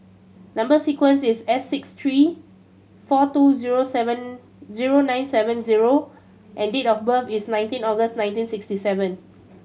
number sequence is S six three four two zero seven zero nine seven zero and date of birth is nineteen August nineteen sixty seven